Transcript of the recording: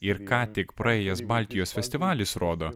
ir ką tik praėjęs baltijos festivalis rodo